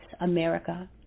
America